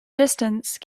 distance